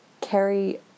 carry